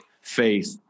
faith